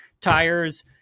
tires